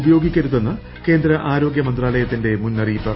ഉപയോഗിക്കരുതെന്ന് കേന്ദ്ര ആരോഗൃ മന്ത്രാലയത്തിന്റെ മുന്നറിയിപ്പ്